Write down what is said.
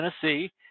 Tennessee